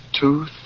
Two